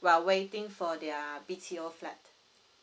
while waiting for their B_T_O flat